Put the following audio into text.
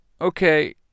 Okay